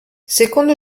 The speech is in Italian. secondo